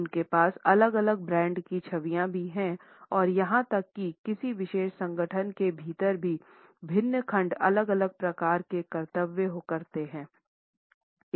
उनके पास अलग अलग ब्रांड की छवियां भी हैं और यहां तक कि किसी विशेष संगठन के भीतर भी विभिन्न खंड अलग अलग प्रकार के कर्तव्य करते हैं